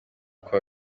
kuwa